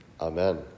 Amen